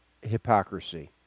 hypocrisy